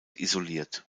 isoliert